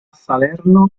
salerno